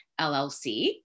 LLC